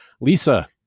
Lisa